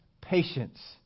patience